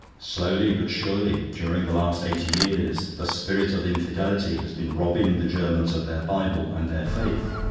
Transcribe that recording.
slowly but surely, during the last eighty years, the spirit of infidelity has been robbing the germans of their bible and their faith,